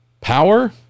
Power